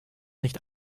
nicht